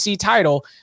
title